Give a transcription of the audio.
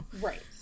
right